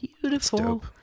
beautiful